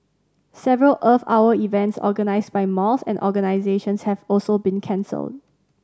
several Earth Hour events organised by malls and organisations have also been cancelled